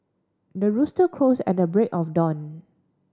the rooster crows at the break of dawn